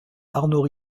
arnaud